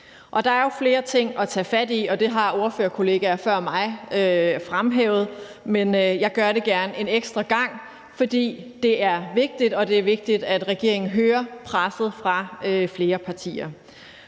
Der er jo flere ting at tage fat i, og det har ordførerkollegaer før mig fremhævet, men jeg gør det gerne en ekstra gang, fordi det er vigtigt, og fordi det er vigtigt, at regeringen hører presset fra flere partier.